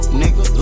nigga